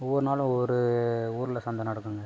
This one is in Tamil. ஒவ்வொரு நாளும் ஒவ்வொரு ஊரில் சந்தை நடக்குங்க